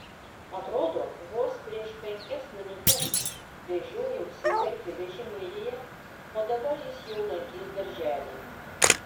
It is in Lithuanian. atrodo vos prieš penkias minutes vežiojausi merfį vežimėlyje o dabar jis jau lankys darželį